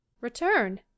Return